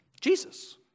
Jesus